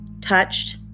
touched